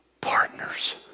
partners